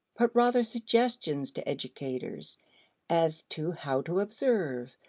but rather suggestions to educators as to how to observe,